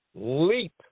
leap